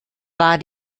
war